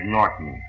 Norton